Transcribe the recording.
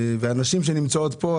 הנשים שנמצאות פה,